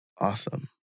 Awesome